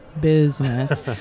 business